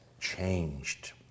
changed